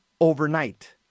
overnight